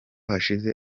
hashize